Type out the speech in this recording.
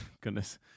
Goodness